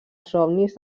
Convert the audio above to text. somnis